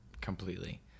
completely